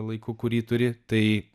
laiku kurį turi tai